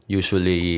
usually